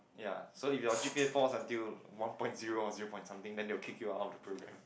ya so if your G_P_A falls until one point zero or zero point something then they will kick you out of the program